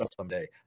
someday